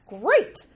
great